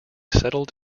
settled